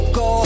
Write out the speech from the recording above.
go